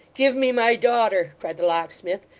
give me my daughter cried the locksmith,